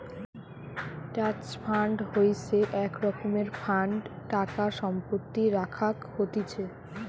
trust fund হইসে এক রকমের ফান্ড টাকা সম্পত্তি রাখাক হতিছে